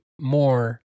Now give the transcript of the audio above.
more